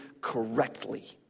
correctly